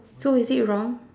so is it wrong